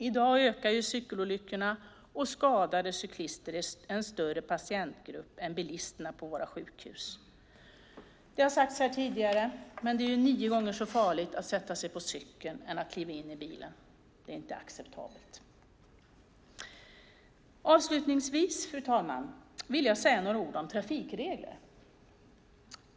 I dag ökar cykelolyckorna, och skadade cyklister är en större patientgrupp än bilisterna på våra sjukhus. Det har sagts här tidigare att det är nio gånger så farligt att sätta sig på cykel än att kliva in i bilen. Det är inte acceptabelt. Avslutningsvis, fru talman, vill jag säga några ord om trafikregler.